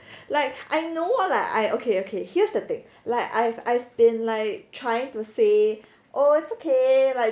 like I know lah I okay okay here's the thing like I've I've been like trying to say oh it's okay